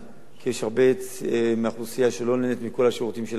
כי יש הרבה מהאוכלוסייה שלא נהנים מכל השירותים של העירייה,